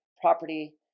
property